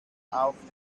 auf